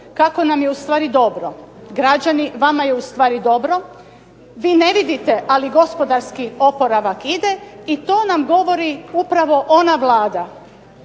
kako nam je u stvari dobro. Građani vama je u stvari dobro. Vi ne vidite, ali gospodarski oporavak ide i to nam govori upravo ona Vlada